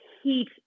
heat